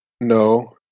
no